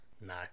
No